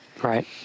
Right